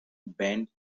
bend